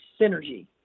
synergy